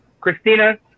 Christina